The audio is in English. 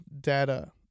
data